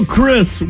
Chris